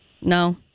No